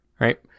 right